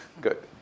good